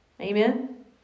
Amen